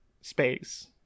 space